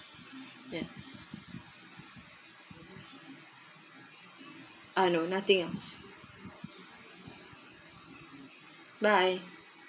ya uh no nothing else bye